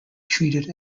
treated